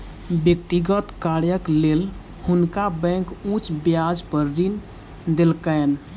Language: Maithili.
व्यक्तिगत कार्यक लेल हुनका बैंक उच्च ब्याज पर ऋण देलकैन